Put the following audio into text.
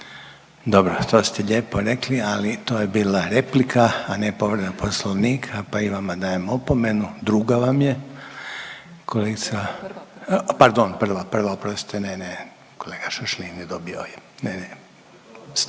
Dobro to ste lijepo rekli, ali to je bila replika, a ne povreda Poslovnika, pa i vama dajem opomenu, druga vam je. …/Upadica: Prva, prva./… Pardon, prva, prva, oprostite, ne, ne, kolega Šašlin je dobio, ne, ne, stoji.